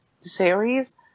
series